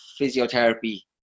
physiotherapy